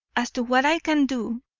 as to what i can do,